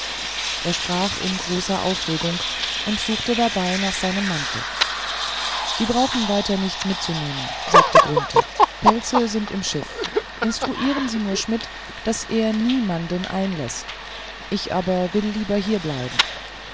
er sprach in großer aufregung und suchte dabei nach seinem mantel sie brauchen weiter nichts mitzunehmen sagte grunthe pelze sind im schiff instruieren sie nur schmidt daß er niemand einläßt ich aber will lieber hierbleiben